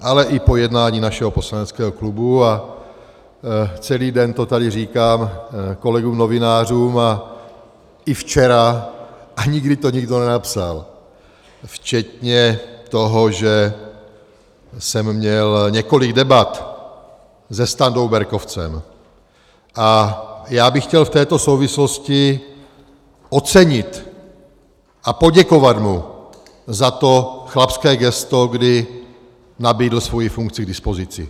Ale i po jednání našeho poslaneckého klubu, a celý den to tady říkám kolegům novinářům a i včera, a nikdy to nikdo nenapsal, včetně toho, že jsem měl několik debat se Standou Berkovcem, a já bych chtěl v této souvislosti ocenit a poděkovat mu za to chlapské gesto, kdy nabídl svoji funkci k dispozici.